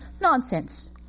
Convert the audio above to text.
Nonsense